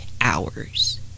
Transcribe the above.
hours